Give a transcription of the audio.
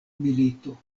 milito